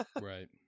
right